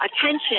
attention